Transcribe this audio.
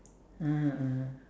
(uh huh) (uh huh)